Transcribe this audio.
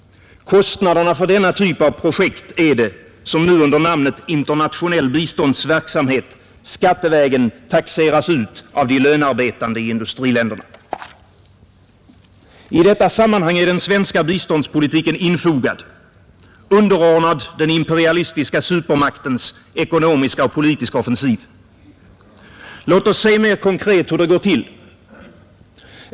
Kostnaderna för denna typ av projekt är det som nu under namnet internationell biståndsverksamhet skattevägen taxeras ut av de lönarbetande i industriländerna. I detta sammanhang är den svenska biståndspolitiken infogad — underordnad den imperialistiska supermaktens ekonomiska och politiska offensiv. Låt oss se mera konkret hur det går till.